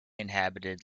inhabited